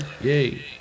yay